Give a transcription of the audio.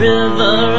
River